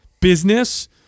business